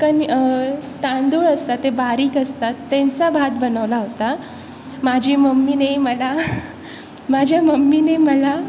कणी तांदूळ असतात ते बारीक असतात त्यांचा भात बनवला होता माझी मम्मीने मला माझ्या मम्मीने मला